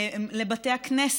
של בתי הכנסת,